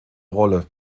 rolle